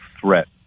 threat